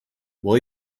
will